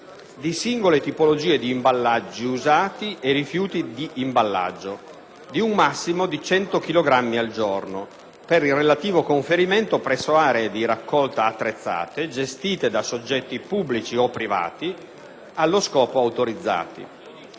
di singole tipologie di imballaggi usati e rifiuti di imballaggio, nella misura massima di 100 chilogrammi al giorno per il relativo conferimento presso aree di raccolta attrezzate, gestite da soggetti pubblici o privati, allo scopo autorizzati.